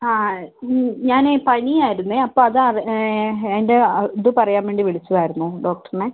ഹാ ഞാനേ പനി ആയിരുന്നേ അപ്പൊ അതാ അതിനെപ്പറ്റി പറയാൻ വിളിച്ചതായിരുന്നു ഡോക്ടറിനെ